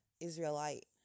Israelite